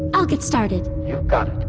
i'll get started you got